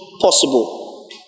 possible